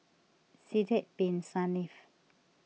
Sidek Bin Saniff